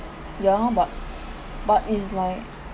ya oh but but it's like